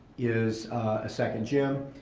is a second gym.